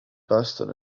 boston